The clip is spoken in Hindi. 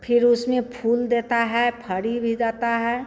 फिर उसमें फूल देता है फल भी देता है